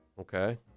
Okay